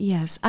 Yes